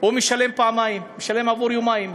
משלם פעמיים, משלם עבור יומיים.